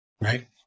right